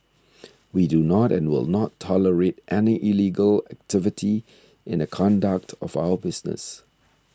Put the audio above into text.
we do not and will not tolerate any illegal activity in the conduct of our business